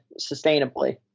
sustainably